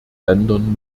ländern